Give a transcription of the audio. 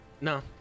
no